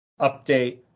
update